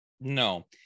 no